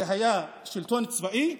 זה היה שלטון צבאי,